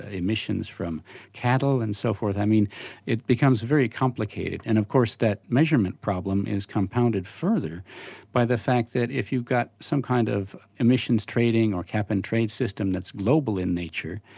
emissions from cattle and so forth. i mean it becomes very complicated. and of course that measurement problem is compounded further by the fact that if you're got some kind of emissions trading or cap and trade system that's global in nature,